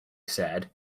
said